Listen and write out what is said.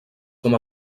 com